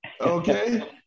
okay